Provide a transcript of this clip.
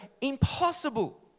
Impossible